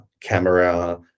camera